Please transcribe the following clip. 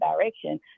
direction